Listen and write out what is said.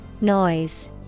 Noise